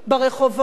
ברחובות,